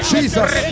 Jesus